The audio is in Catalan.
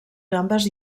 gambes